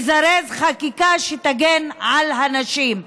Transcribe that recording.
לזרז חקיקה שתגן על הנשים.